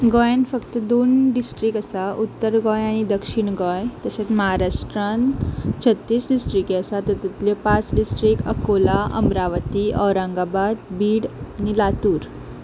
गोंयान फक्त दोन डिस्ट्रीक्ट आसा उत्तर गोंय आनी दक्षीण गोंय तशेंच महाराष्ट्रान छत्तीस डिस्ट्रीक आसा तातूंतल्यो पांच डिस्ट्रीक्ट अकोला अमरावती औरंगाबाद बीड आनी लातूर